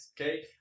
okay